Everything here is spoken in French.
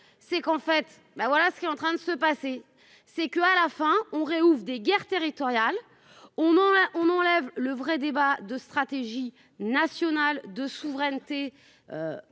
c'est qu'on fait, ben voilà ce qui est en train de se passer c'est que à la fin on réouvre des guerres territoriales. On a, on enlève le vrai débat de stratégies nationales de souveraineté. Dans tous